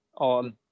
on